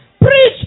Preach